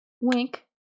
Wink